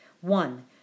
one